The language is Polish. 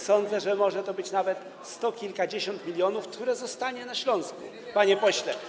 Sądzę, że może to być nawet sto kilkadziesiąt milionów, które zostaną na Śląsku, panie pośle.